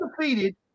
undefeated